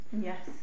Yes